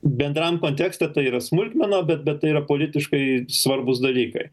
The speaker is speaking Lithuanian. bendram kontekste tai yra smulkmena be bet tai yra politiškai svarbūs dalykai